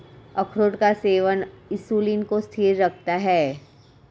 अखरोट का सेवन इंसुलिन को स्थिर रखता है